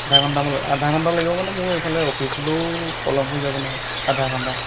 আধা ঘণ্টামান লা আধা ঘণ্টা লাগিব মানে মোৰ এইফালে অফিচলৈও পলম হৈ যাব নহয় আধা ঘণ্টা